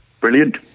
Brilliant